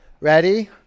Ready